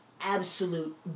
absolute